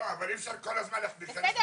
אבל אי אפשר כל הזמן --- בסדר,